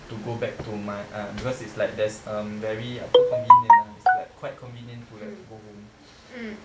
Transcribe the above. to go back to my uh because it's like there's um very apa convenient ah like it's quite convenient to have to go home